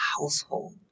household